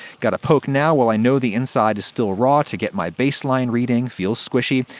gotta poke now while i know the inside is still raw to get my baseline reading. feels squishy.